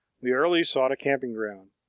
we early sought a camping ground.